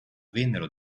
vennero